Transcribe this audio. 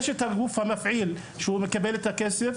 יש את הגוף המפעיל שמקבל את הכסף,